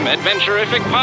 Adventurific